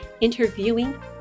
interviewing